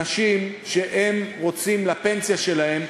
אנשים שהם רוצים לפנסיה שלהם,